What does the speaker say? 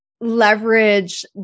leverage